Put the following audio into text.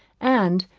and,